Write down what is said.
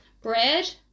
bread